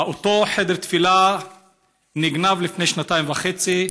אותו חדר תפילה נגנב לפני שנתיים וחצי,